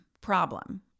problem